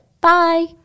bye